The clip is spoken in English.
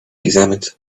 examined